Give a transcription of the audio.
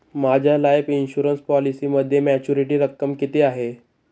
माझ्या life insurance पॉलिसीमध्ये maturity रक्कम किती आहे?